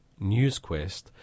NewsQuest